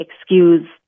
excuse